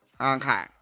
Okay